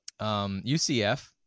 UCF